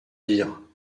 dire